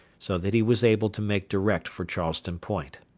so that he was able to make direct for charleston point.